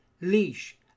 Leash